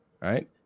right